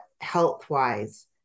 health-wise